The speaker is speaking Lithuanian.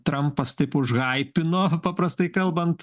trampas taip užhaipino paprastai kalbant